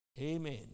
Amen